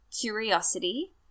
curiosity